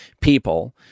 people